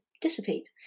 dissipate